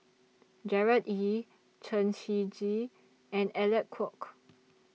Gerard Ee Chen Shiji and Alec Kuok